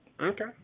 Okay